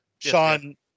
Sean